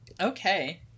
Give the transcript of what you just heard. Okay